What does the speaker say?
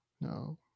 no